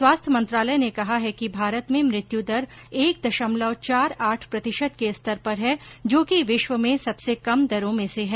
स्वास्थ्य मंत्रालय ने कहा है कि भारत में मृत्यू दर एक दशमलव चार आठ प्रतिशत के स्तर पर है जो कि विश्व में सबसे कम दरों में से है